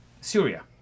Syria